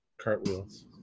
Cartwheels